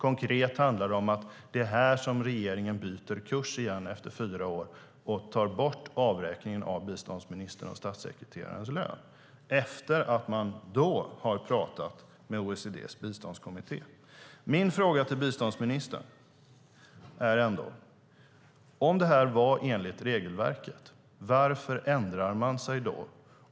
Konkret är det här som regeringen byter kurs igen efter fyra år och tar bort avräkningen av biståndsministerns och statssekreterarens löner efter att man då har pratat med OECD:s biståndskommitté. Min fråga till biståndsministern är: Om detta var enligt regelverket, varför ändrar man sig då?